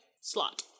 Slot